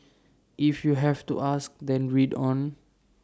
if you have to ask then read on